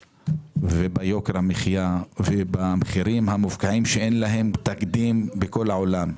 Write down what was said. וביוקר המחיה ובמחירים המופקעים שאין להם תקדים בכל העולם.